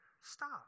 Stop